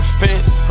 fence